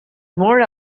more